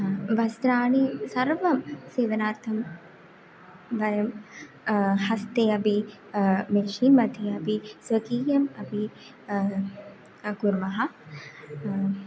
वस्त्राणि सर्वं सीवनार्थं वयं हस्ते अपि मेशीन् मध्ये अपि स्वकीयम् अपि कुर्मः